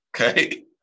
Okay